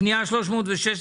פנייה 316,